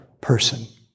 person